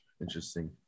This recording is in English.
interesting